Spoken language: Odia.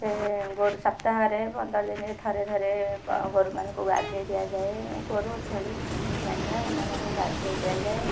ସେ ଗୋଟେ ସପ୍ତାହରେ ପନ୍ଦର ଦିନକୁ ଥରେ ଥରେ ଗୋରୁମାନଙ୍କୁ ଗାଧୋଇ ଦିଆଯାଏ ଗୋରୁ ଛେଳି ମେଣ୍ଢା ଏମାନଙ୍କୁ ଗାଧୋଇ ଦିଆଯାଏ